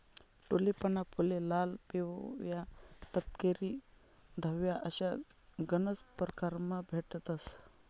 टूलिपना फुले लाल, पिवया, तपकिरी, धवया अशा गनज परकारमा भेटतंस